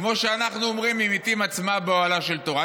כמו שאנחנו אומרים, ממיתים עצמם באוהלה של תורה.